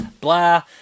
blah